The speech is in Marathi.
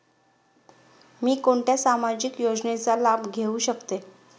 मी कोणत्या सामाजिक योजनेचा लाभ घेऊ शकते?